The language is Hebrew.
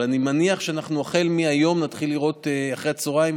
אבל אני מניח שהחל מהיום אחרי הצוהריים